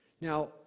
Now